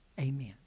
amen